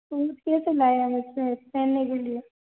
सूज कैसे लाया है पहनने के लिए